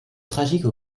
tragique